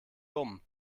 dumm